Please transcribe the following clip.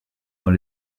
dans